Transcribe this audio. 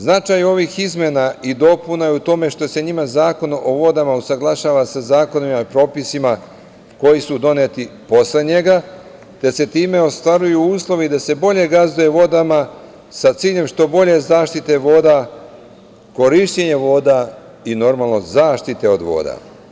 Značaj ovih izmena i dopuna je u tome što se njima Zakon o vodama usaglašava sa zakonima, propisima, koji su doneti posle njega, te se time ostvaruju uslovi da se bolje gazduje vodama, sa ciljem što bolje zaštite voda, korišćenje voda i normalno zaštite od voda.